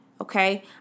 Okay